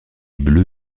bleu